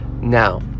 Now